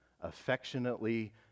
Affectionately